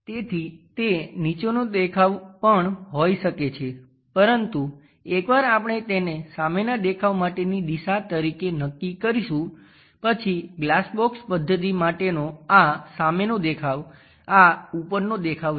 તેથી તે નીચેનો દેખાવ પણ હોઈ શકે છે પરંતુ એકવાર આપણે તેને સામેના દેખાવ માટેની દિશા તરીકે નક્કી કરીશું પછી ગ્લાસ બોક્સ પદ્ધતિ માટેનો આ સામેનો દેખાવ આ ઉપરનો દેખાવ છે